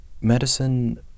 Medicine